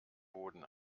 boden